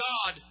God